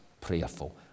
prayerful